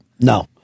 No